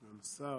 אדוני השר,